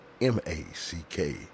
M-A-C-K